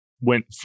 went